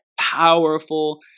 powerful